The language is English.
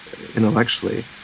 intellectually